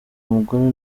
umugore